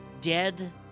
Dead